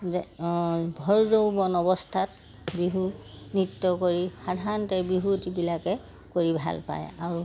যে ভৰযৌৱন অৱস্থাত বিহু নৃত্য কৰি সাধাৰণতে বিহুৱতীবিলাকে কৰি ভাল পায় আৰু